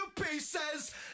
pieces